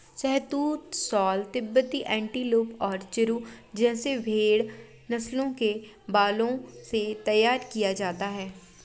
शहतूश shawl तिब्बती antelope और चिरु जैसी भेड़ नस्लों के बालों से तैयार किया जाता है